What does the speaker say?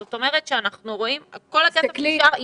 זאת אומרת, כל הכסף נשאר על המדף.